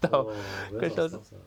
orh because of stocks ah